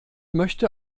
möchte